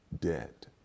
debt